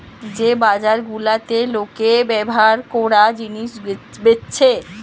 যে বাজার গুলাতে লোকে ব্যভার কোরা জিনিস বেচছে